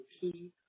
key